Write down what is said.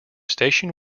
station